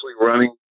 running